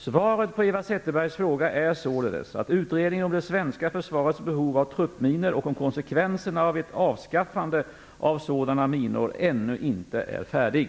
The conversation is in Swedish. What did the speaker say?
Svaret på Eva Zetterbergs fråga är således att utredningen om det svenska försvarets behov av truppminor och om konsekvenserna av ett avskaffande av sådana minor ännu inte är färdig.